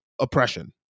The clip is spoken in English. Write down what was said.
oppression